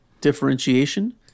differentiation